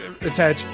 attach